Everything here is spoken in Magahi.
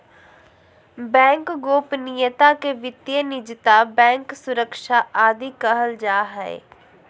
बैंक गोपनीयता के वित्तीय निजता, बैंक सुरक्षा आदि कहल जा हइ